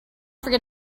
forget